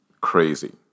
Crazy